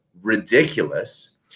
ridiculous